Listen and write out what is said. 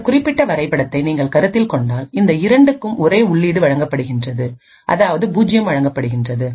இந்த குறிப்பிட்ட வரைபடத்தை நீங்கள் கருத்தில் கொண்டால் இந்த இரண்டுக்கும் ஒரே உள்ளீடு வழங்கப்படுகிறது அதாவது பூஜ்ஜியம் வழங்கப்படுகின்றது